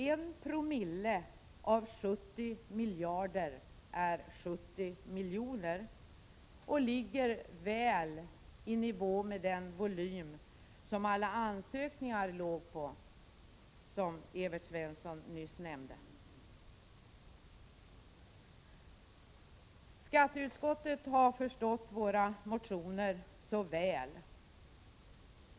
En promille av 70 miljarder är 70 miljoner och ligger väl i nivå med summan av alla ansökningar, vilket Evert Svensson nyss nämnde. Skatteutskottet har förstått våra motioner så väl.